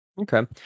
Okay